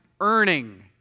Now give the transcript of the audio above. earning